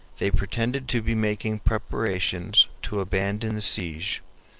they pretended to be making preparations to abandon the siege,